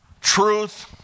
truth